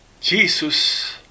Jesus